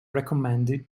recommended